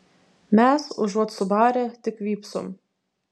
mes užuot subarę tik vypsom